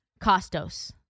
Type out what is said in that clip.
Costos